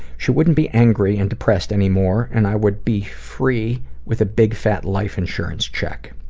she wouldn't be angry and depressed anymore, and i would be free with a big fat life insurance check.